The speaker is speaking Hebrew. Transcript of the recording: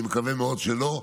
אני מקווה מאוד שלא,